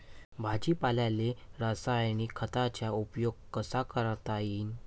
भाजीपाल्याले रासायनिक खतांचा उपयोग कसा करता येईन?